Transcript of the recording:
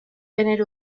tener